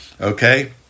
okay